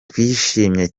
twishimye